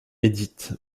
édith